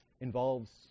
involves